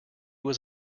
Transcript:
was